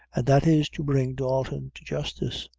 and that is, to bring dalton to justice.